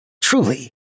truly